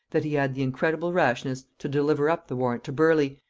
that he had the incredible rashness to deliver up the warrant to burleigh,